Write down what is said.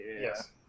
Yes